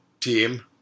team